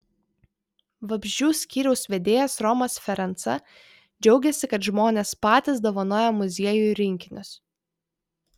vabzdžių skyriaus vedėjas romas ferenca džiaugiasi kad žmonės patys dovanoja muziejui rinkinius